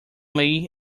lay